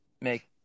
make